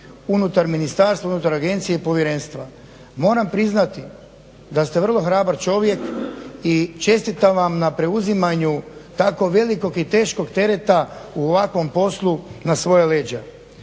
unutar ministarstva, unutar agencije i povjerenstva. Moram priznati da ste vrlo hrabar čovjek i čestitam vam na preuzimanju tako velikog i teškog tereta u ovakvom poslu na svoja leđa.